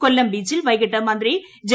കൊല്ലം ബീച്ചിൽ വൈകിട്ട് മന്ത്രി ജെ